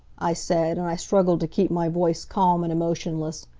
i said, and i struggled to keep my voice calm and emotionless,